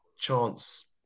chance